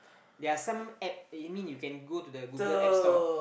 there're some App you mean you can go to the Google App Store